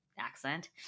accent